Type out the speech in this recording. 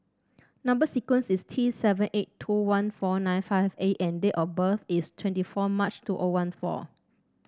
number sequence is T seven eight two one four nine five A and date of birth is twenty four March two O one four